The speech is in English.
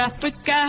Africa